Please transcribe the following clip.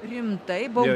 rimtai buvo